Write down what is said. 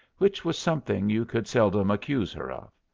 which was something you could seldom accuse her of.